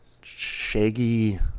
Shaggy